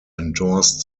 endorsed